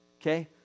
okay